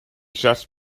just